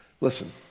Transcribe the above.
Listen